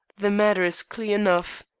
the matter is clear enough.